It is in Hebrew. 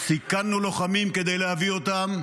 סיכנו לוחמים כדי להביא אותם,